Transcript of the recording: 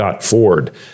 Ford